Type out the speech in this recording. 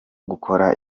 gukora